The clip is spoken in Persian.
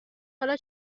حالا